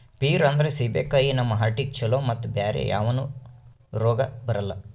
peer ಅಂದ್ರ ಸೀಬೆಕಾಯಿ ನಮ್ ಹಾರ್ಟಿಗ್ ಛಲೋ ಮತ್ತ್ ಬ್ಯಾರೆ ಯಾವನು ರೋಗ್ ಬರಲ್ಲ್